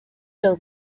fill